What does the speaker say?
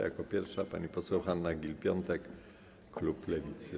Jako pierwsza pani poseł Hanna Gill-Piątek, klub Lewicy.